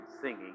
singing